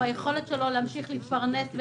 זה היכולת שלו להמשיך להתפרנס.